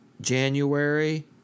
January